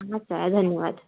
अच्छा धन्यवाद